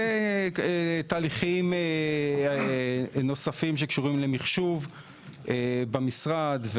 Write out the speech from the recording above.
זה תהליכים נוספים שקשורים למחשוב במשרד.